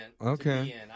Okay